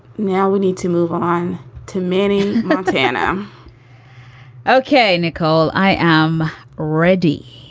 now we need to move on to many montana ok nicole, i am ready.